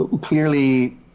clearly